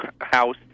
house